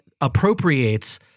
appropriates